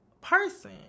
person